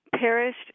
perished